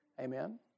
amen